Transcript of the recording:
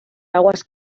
aguas